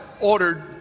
ordered